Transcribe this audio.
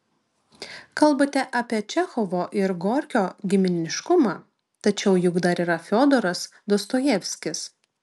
kalbate apie čechovo ir gorkio giminiškumą tačiau juk dar yra fiodoras dostojevskis